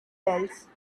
else